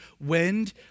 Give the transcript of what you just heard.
wind